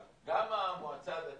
גם המועצה הדתית,